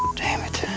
damn it.